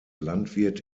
landwirt